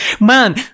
Man